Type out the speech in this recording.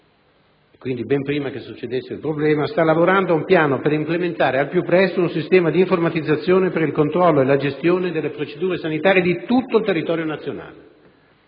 quindi ben prima che emergesse il problema, sta lavorando ad un piano per implementare al più presto un sistema di informatizzazione per il controllo e la gestione delle procedure sanitarie in tutto il territorio nazionale.